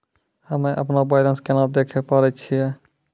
हम्मे अपनो बैलेंस केना देखे पारे छियै?